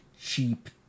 cheap